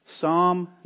Psalm